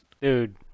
Dude